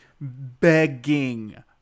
begging